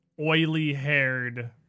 oily-haired